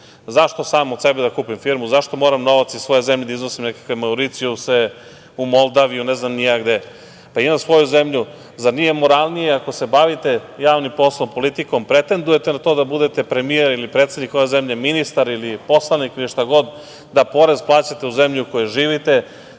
Zašto sam od sebe da kupim firmu? Zašto novac iz svoje zemlje da iznosim na nekakve mauricijuse, u Moldaviju, ne znam ni ja gde? Pa, imam svoju zemlju. Zar nije moralnije ako se bavite javnim poslom, politikom, pretendujete na to da budete premijer, ili predsednik ove zemlje, ministar ili poslanik, šta god, da porez plaćate u zemlji u kojoj živite,